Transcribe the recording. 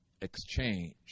exchange